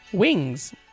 Wings